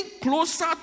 closer